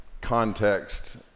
context